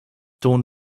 ton